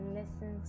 listen